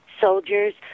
soldiers